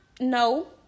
no